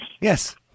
Yes